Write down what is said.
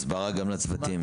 הסברה גם לצוותים.